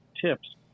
tips